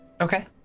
okay